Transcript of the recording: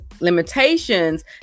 limitations